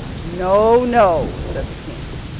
no, no said the king,